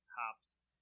hops